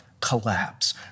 collapse